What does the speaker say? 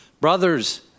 Brothers